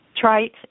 trite